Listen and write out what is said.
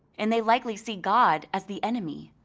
and they likely see god as the enemy.